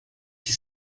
qui